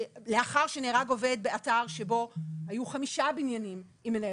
לאחר שנהרג עובד באתר שבו היו חמישה בניינים עם מנהל